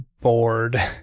bored